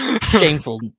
shameful